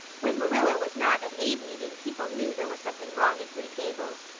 when marilla was not at aid meeting people knew there was something wrong at green gables.